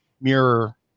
mirror